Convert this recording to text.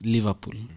Liverpool